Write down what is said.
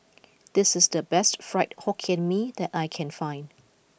this is the best Fried Hokkien Mee that I can find